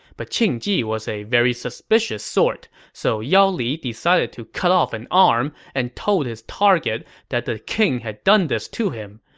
but qing ji was a very suspicious sort, so yao li decided to cut off an arm and told his target that the king had done this to him.